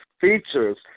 features